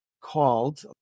called